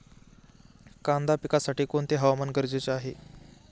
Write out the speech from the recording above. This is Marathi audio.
कांदा पिकासाठी कोणते हवामान गरजेचे आहे?